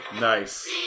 Nice